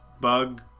bug